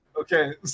okay